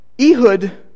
Ehud